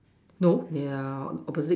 no they are opposite